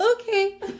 Okay